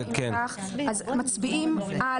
מצביעים על